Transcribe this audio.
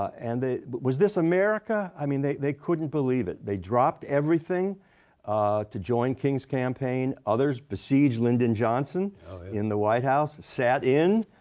and they was this america? i mean, they they couldn't believe it. they dropped everything to join king's campaign. others besieged lyndon johnson in the white house, sat in,